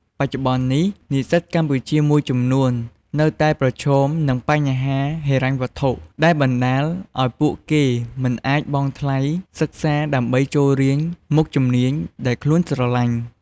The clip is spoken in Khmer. បច្ចុប្បន្ននេះ និស្សិតកម្ពុជាមួយចំនួននៅតែប្រឈមនឹងបញ្ហាហិរញ្ញវត្ថុ ដែលបណ្ដាលឲ្យពួកគេមិនអាចបង់ថ្លៃសិក្សាដើម្បីចូលរៀនមុខជំនាញដែលខ្លួនស្រឡាញ់.